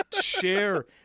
share